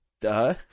Duh